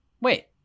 Wait